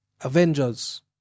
Avengers